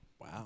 Wow